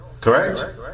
Correct